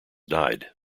died